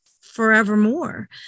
forevermore